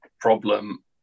problem